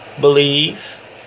believe